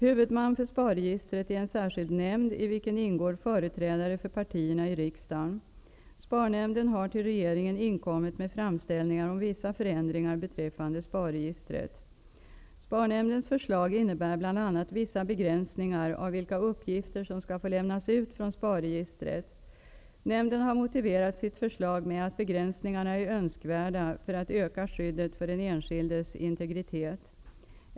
Huvudman för SPAR-registret är en särskild nämnd i vilken ingår företrädare för partierna i riksdagen. SPAR-nämnden har till regeringen inkommit med framställningar om vissa förändringar beträffande SPAR-registret. SPAR-nämndens förslag innebär bl.a. vissa begränsningar av vilka uppgifter som skall få lämnas ut från SPAR-registret. Nämnden har motiverat sitt förslag med att begränsningarna är önskvärda för att öka skyddet för den enskildes integritet.